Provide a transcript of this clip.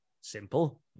Simple